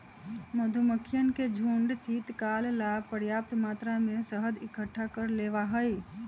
मधुमक्खियन के झुंड शीतकाल ला पर्याप्त मात्रा में शहद इकट्ठा कर लेबा हई